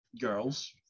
girls